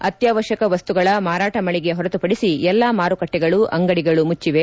ಅತ್ನಾವಶ್ಲಕ ವಸ್ತುಗಳ ಮಾರಾಟ ಮಳಿಗೆ ಹೊರತು ಪಡಿಸಿ ಎಲ್ಲ ಮಾರುಕಟ್ಟಿಗಳು ಅಂಗಡಿಗಳು ಮುಟ್ಟವೆ